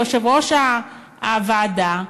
יושב-ראש הוועדה,